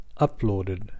uploaded